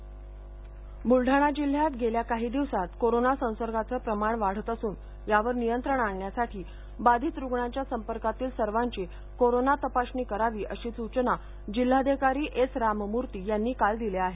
बलडाणा बुलडाणा जिल्ह्यात गेल्या काही दिवसात कोरोना संसर्गाचे प्रमाण वाढत असून यावर नियंत्रण आणण्यासाठी बाधित रूग्णाच्या संपर्कातील सर्वांची कोरोना तपासणी करावी अशा सूचना जिल्हाधिकारी एस रामामूर्ती यांनी काल दिल्या आहेत